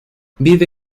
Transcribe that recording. vive